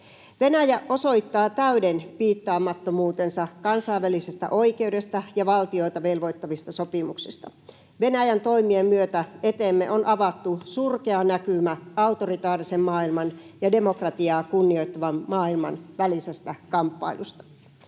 Venäjä osoittaa täyden piittaamattomuutensa kansainvälisestä oikeudesta ja valtioita velvoittavista sopimuksista. Venäjän toimien myötä eteemme on avattu surkea näkymä autoritaarisen maailman ja demokratiaa kunnioittavan maailman välisestä kamppailusta.